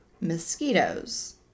mosquitoes